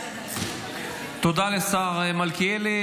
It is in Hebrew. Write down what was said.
תודה לשר מלכיאלי.